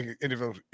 individual